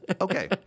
Okay